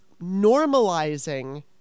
normalizing